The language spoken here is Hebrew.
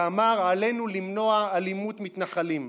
שאמר: עלינו למנוע אלימות מתנחלים.